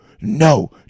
no